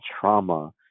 trauma